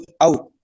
out